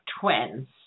twins